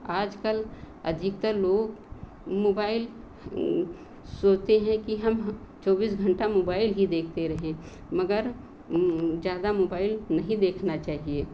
आजकल अधिकतर लोग मोबाइल सोचते हैं कि हम चौबीस घंटा मोबाइल ही देखते रहें मगर ज़्यादा मोबाइल नहीं देखना चाहिए